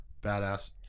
badass